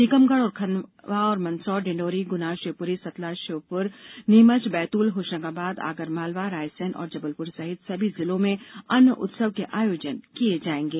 टीकमगढ़ और खंडवा मंदसौर डिण्डोरी गुना शिवपुरी सतना श्योपुर नीमच बैतूल होशंगाबाद आगरमालवारायसेन और जबलपुर सहित सभी जिलों में अन्न उत्सव के आयोजन किये जायेंगे